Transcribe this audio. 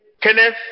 Kenneth